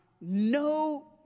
no